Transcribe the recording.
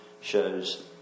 shows